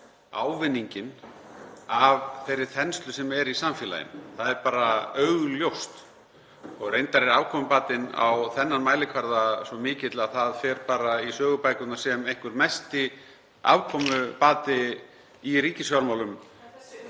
ávinninginn af þeirri þenslu sem er í samfélaginu. Það er bara augljóst. Og reyndar er afkomubatinn á þennan mælikvarða svo mikill að það fer bara í sögubækurnar sem einhver mesti afkomubati í ríkisfjármálum.